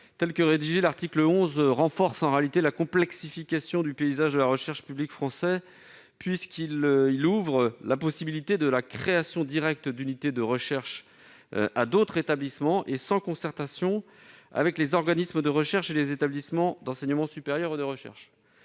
actuelle, l'article 11 aggrave la complexification du paysage de la recherche publique française, puisqu'il permet la création directe d'unités de recherche par d'autres établissements, sans concertation avec les organismes de recherche et les établissements d'enseignement supérieur et de recherche.